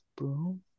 boom